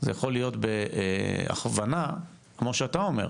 זה יכול להיות בהכוונה, כמו שאתה אומר.